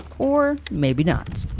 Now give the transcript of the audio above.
or maybe not.